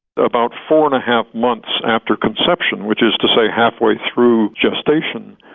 about four-and-a-half months after conception, which is to say halfway through gestation,